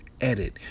edit